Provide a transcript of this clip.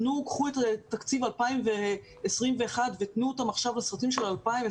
קחו את תקציב 2021 ותנו אותו עכשיו לסרטים של 2020,